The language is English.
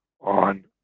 on